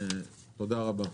תודה רבה.